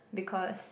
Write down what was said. because